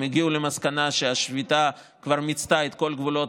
הם הגיעו למסקנה שהשביתה כבר מיצתה את כל גבולות